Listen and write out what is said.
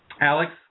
alex